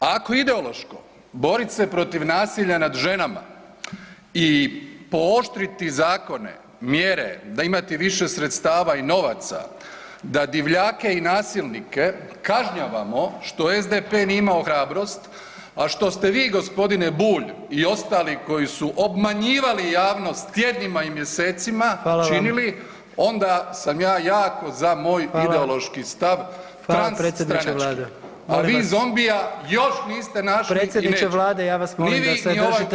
Ako je ideološko borit se protiv nasilja nad ženama i pooštriti zakone, mjere da imati više sredstava i novaca da divljake i nasilnike kažnjavamo što SDP nije imao hrabrost, a što ste vi gospodine Bulj i ostali koji su obmanjivali javnost tjednima i mjesecima činili [[Upadica: Hvala vam.]] onda sam ja jako za moj ideološki stav … [[Govornici govor istovremeno ne razumije se.]] a vi zombija još niste našli i nećete [[Upadica: Predsjedniče Vlade ja vas molim da se držite vremena.]] ni vi ni ovaj krug u dvorani.